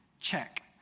Check